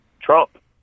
Trump